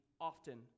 often